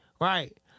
right